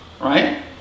right